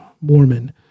Mormon